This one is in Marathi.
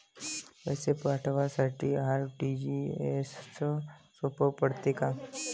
पैसे पाठवासाठी आर.टी.जी.एसचं सोप पडते का?